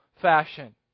fashion